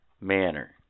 manner